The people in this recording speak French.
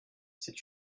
c’est